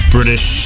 British